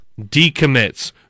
decommits